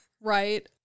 Right